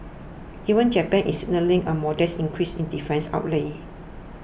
even Japan is signalling a modest increase in defence outlays